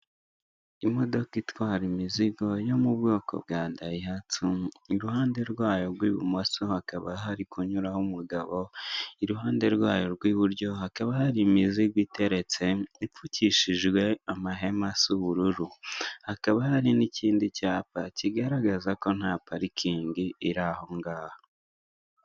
Imodoka itwara imizigo yo mu bwoko bwa dayihatsu. Iruhande rwayo rwibumoso hakaba hari kunyuraho umugabo, iruhande rwayo rw'iburyo hakaba hari imizigo iteretse, ipfukishijwe amahema asa ubururu. Hakaba hari n'ikindi cyapa kigaragaza ko nta parikingi iri ahongaho.